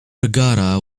regatta